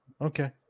Okay